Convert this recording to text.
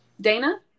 dana